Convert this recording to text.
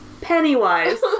Pennywise